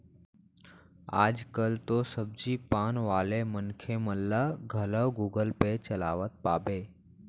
आज कल तो सब्जी पान वाले मनखे मन ल घलौ गुगल पे चलावत पाबे